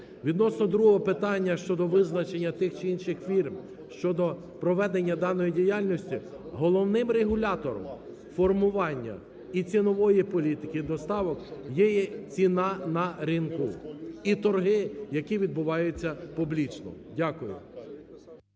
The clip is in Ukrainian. Відносно другого питання щодо визначення тих чи інших фірм щодо проведення даної діяльності, головним регулятором формування і цінової політики доставок є ціна на ринку і торги, які відбуваються публічно. Дякую.